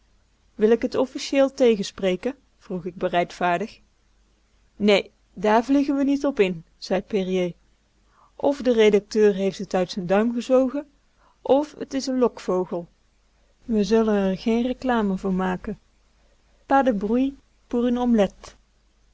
wil ik t officieel tegenspreken vroeg k bereidvaardig nee daar vliegen we niet op in zei périer f de redacteur heeft t uit z'n duim gezogen f t is n lokvogel we zullen r geen reclame voor maken pas de